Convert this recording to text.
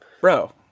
Bro